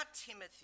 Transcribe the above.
Timothy